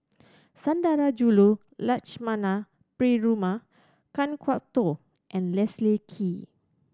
Sundarajulu Lakshmana Perumal Kan Kwok Toh and Leslie Kee